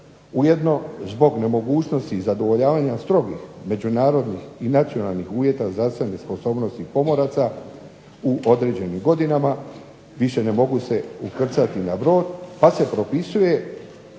Ujedno zbog nemogućnosti zadovoljavanja strogih međunarodnih i nacionalnih uvjeta zasebne sposobnosti pomoraca u određenim godinama više ne mogu se ukrcati na brod pa se propisuje